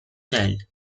child